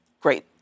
great